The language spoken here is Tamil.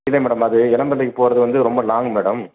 இல்லை மேடம் அது இளம்பிள்ளைக்கு போவது வந்து ரொம்ப லாங் மேடம்